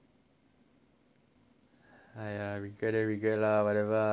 !haiya! regret and regret lah whenever lah sua lah I don't care already ah